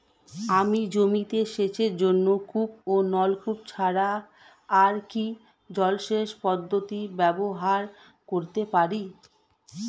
আমি জমিতে সেচের জন্য কূপ ও নলকূপ ছাড়া আর কি জলসেচ পদ্ধতি ব্যবহার করতে পারি?